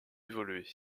évoluer